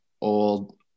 old